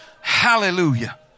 hallelujah